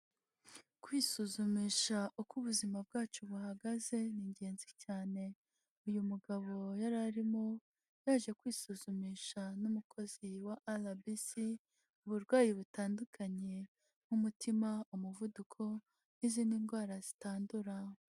Kwisuzumisha uko ubuzima bwacu buhagaze ni ingenzi cyane, uyu mugabo yari arimo yaje kwisuzumisha n'umukozi wa RBC uburwayi butandukanye nk'umutima umuvuduko n'izindi ndwara zitandura.